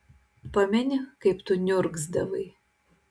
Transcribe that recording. pameni kaip tu niurgzdavai